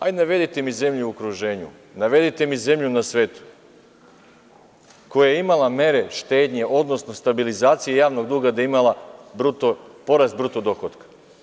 Navedite mi zemlju u okruženju, navedite mi zemlju na svetu koja je imala mere štednje, odnosno stabilizacije javnog duga da je imala porast bruto dohotka.